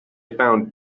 found